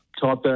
type